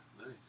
nice